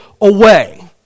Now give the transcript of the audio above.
away